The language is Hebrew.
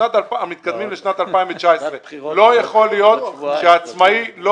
כי מתקדמים לשנת 2019. לא יכול להיות שעצמאי לא